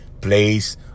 place